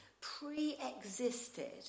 pre-existed